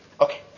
Okay